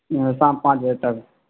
شام پانچ بجے تک